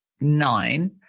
nine